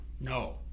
no